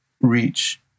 reach